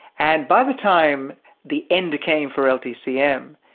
and by the time the end came for ltcm,